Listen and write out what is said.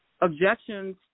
objections